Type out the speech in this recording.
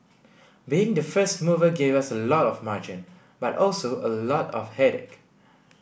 being the first mover gave us a lot of margin but also a lot of headache